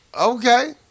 Okay